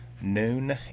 noon